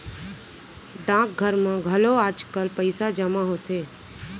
डाकघर म घलौ आजकाल पइसा जमा होथे